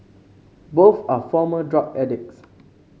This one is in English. both are former drug addicts